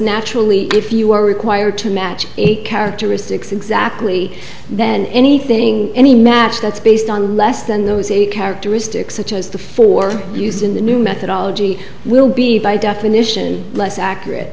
naturally if you are required to match characteristics exactly then anything any match that's based on less than those a characteristic such as the for use in the new methodology will be by definition less accurate